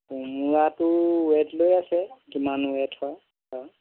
কোমোৰাটো ওৱেট লৈ আছে কিমান ওৱেট হয় আৰু